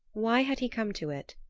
why had he come to it?